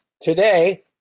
Today